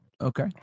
okay